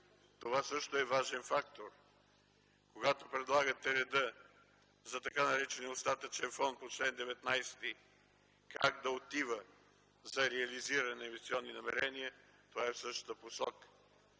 това също е важен фактор. Когато предлагате реда за така наречения остатъчен фонд по чл. 19 как да отива за реализиране на инвестиционни намерения, това е в същата посока.